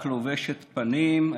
רק לובשת פנים חדשות.